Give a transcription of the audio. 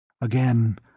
Again